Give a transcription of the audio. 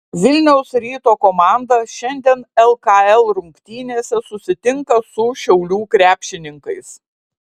vilniaus ryto komanda šiandien lkl rungtynėse susitinka su šiaulių krepšininkais